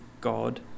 God